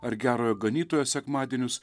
ar gerojo ganytojo sekmadienius